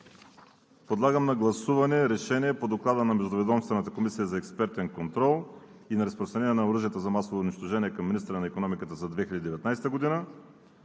Подлагам на гласуване Решение по Доклада на Междуведомствената комисия за експертен контрол и неразпространение на оръжията за масово унищожение към министъра на икономиката за 2019 г.